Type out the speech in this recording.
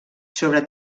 sobre